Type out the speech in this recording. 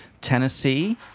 tennessee